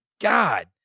God